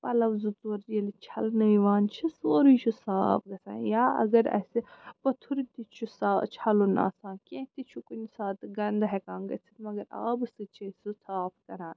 پَلوٚو زٕ ژور ییٚلہِ چھَلنہٕ یِوان چھِ سورٕے چھُ صاف گژھان یا اگر اسہِ پتھٕر تہِ چھُ صا چھَلُن آسان کیٚنٛہہ تہِ چھُ کُنہِ ساتہٕ گَنٛدٕ ہیٚکان گٔژھِتھ مگر آبہٕ سۭتۍ چھِ أسۍ سُہ صاف کَران